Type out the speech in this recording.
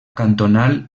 cantonal